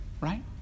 right